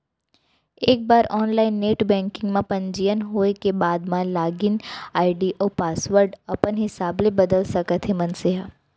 एक बार online net banking म पंजीयन होए के बाद म लागिन आईडी अउ पासवर्ड अपन हिसाब ले बदल सकत हे मनसे ह